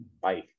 Bye